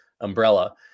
umbrella